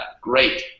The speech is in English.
Great